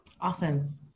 Awesome